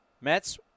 Mets